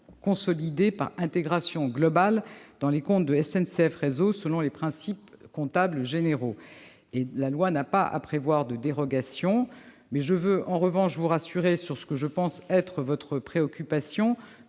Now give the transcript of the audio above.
consolidés par intégration globale dans les comptes de SNCF Réseau selon les principes comptables généraux. La loi n'a pas à prévoir de dérogation, mais je veux en revanche vous rassurer sur ce que je pense être votre préoccupation,